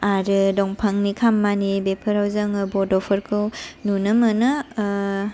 आरो दंफांनि खामानि बेफोराव जोङो बड'फोरखौ नुनो मोनो